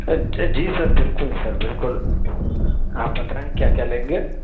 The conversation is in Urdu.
جی سر بالکل سر بالکل آپ بتائیں کیا کیا لیں گے